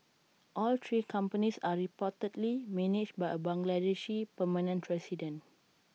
all three companies are reportedly managed by A Bangladeshi permanent resident